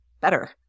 better